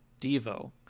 Devo